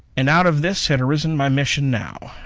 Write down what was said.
and out of this had arisen my mission now.